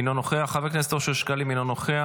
אינו נוכח, חבר הכנסת אושר שקלים, אינו נוכח.